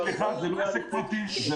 סליחה, זה לא עסק פרטי.